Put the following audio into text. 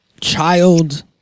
child